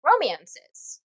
romances